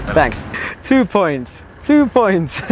two points. two points!